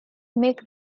make